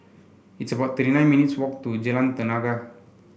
it's about thirty nine minutes' walk to Jalan Tenaga